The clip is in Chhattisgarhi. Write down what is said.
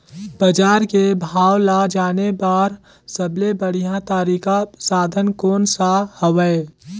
बजार के भाव ला जाने बार सबले बढ़िया तारिक साधन कोन सा हवय?